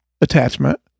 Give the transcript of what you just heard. attachment